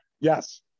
yes